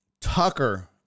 Tucker